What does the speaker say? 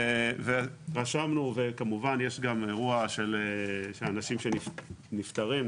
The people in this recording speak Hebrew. ויש כמובן אירוע של אנשים שנפטרים,